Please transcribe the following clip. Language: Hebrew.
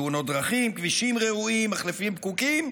תאונות דרכים, כבישים רעועים, מחלפים פקוקים,